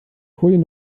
folien